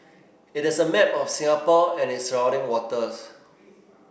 it is a map of Singapore and its surrounding waters